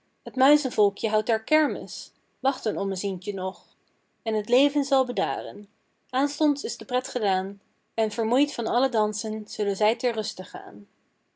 t muizenvolkje houdt daar kermis wacht een ommezientje nog pieter louwerse alles zingt en het leven zal bedaren aanstonds is de pret gedaan en vermoeid van al het dansen zullen zij ter ruste gaan